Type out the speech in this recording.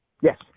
Yes